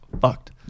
fucked